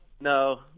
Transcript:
No